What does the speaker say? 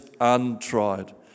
untried